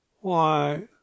Why